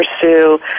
pursue